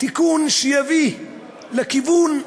תיקון שיביא לכיוון חוקתי.